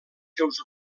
seus